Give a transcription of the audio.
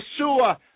Yeshua